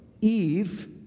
Eve